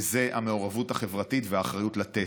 המעורבות החברתית והאחריות לתת.